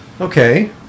Okay